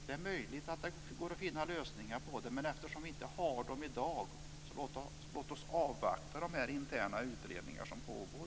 Det är möjligt att det går att finna lösningar. Men eftersom vi inte har dem i dag, så låt oss avvakta de interna utredningarna som pågår.